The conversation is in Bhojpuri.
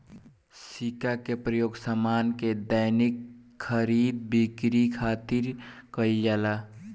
सिक्का के प्रयोग सामान के दैनिक खरीद बिक्री खातिर कईल जाला